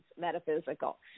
metaphysical